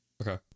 Okay